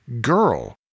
Girl